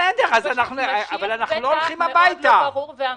הוא משאיר פתח מאוד לא ברור ועמום.